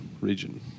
region